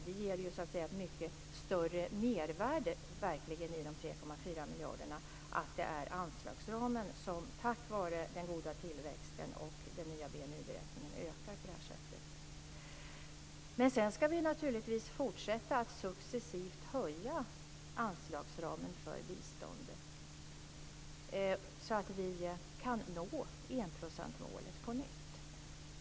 Det ger verkligen ett mycket större mervärde i de 3,4 miljarderna att det är anslagsramen som tack vare den goda tillväxten och den nya BNI-beräkningen ökar på det här sättet. Naturligtvis ska vi fortsätta att successivt höja anslagsramen för biståndet så att vi kan nå enprocentsmålet på nytt.